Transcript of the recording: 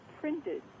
printed